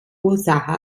ursache